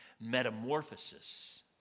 metamorphosis